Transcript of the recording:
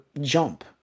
jump